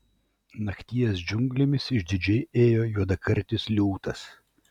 nakties džiunglėmis išdidžiai ėjo juodakartis liūtas